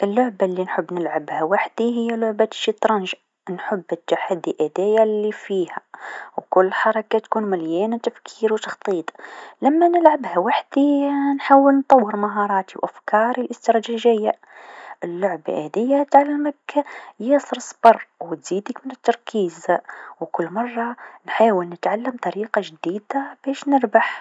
اللعبه لنحب نلعبها وحدي هي لعبة الشطرنج، نحب التحدي هذايا ألي فيها و كل حركه تكون مليانه تفكير و تخطيط، لما نلعبها وحدي نحاول نطور مهاراتي و أفكاري الإستراتيجيه، اللعبه هاذيا تعلمك ياسر أصبر و تزيدك من التركيز و كل مرة نحاول طريقه جديده باش نربح.